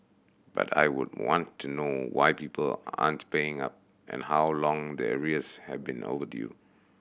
but I would want to know why people aren't paying up and how long the arrears have been overdue